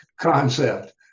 concept